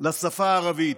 לשפה הערבית.